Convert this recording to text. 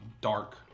dark